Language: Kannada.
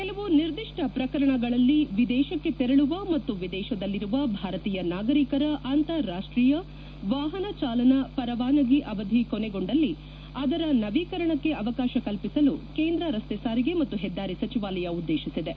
ಕೆಲವು ನಿರ್ದಿಷ್ಷ ಪ್ರಕರಣಗಳಲ್ಲಿ ವಿದೇಶಕ್ಕೆ ತೆರಳುವ ಮತ್ತು ವಿದೇಶದಲ್ಲಿರುವ ಭಾರತೀಯ ನಾಗರಿಕರ ಅಂತಾರಾಷ್ಷೀಯ ವಾಹನ ಚಾಲನಾ ಪರವಾನಗಿ ಅವಧಿ ಕೊನೆಗೊಂಡಳ್ಲಿ ಅದರ ನವೀಕರಣಕ್ಕೆ ಅವಕಾಶ ಕಲ್ಪಿಸಲು ಕೇಂದ್ರ ರಸ್ತೆ ಸಾರಿಗೆ ಮತ್ತು ಹೆದ್ದಾರಿ ಸಚಿವಾಲಯ ಉದ್ದೇಶಿಸಿದೆ